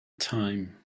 time